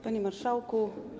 Panie Marszałku!